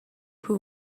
who